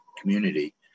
community